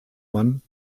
man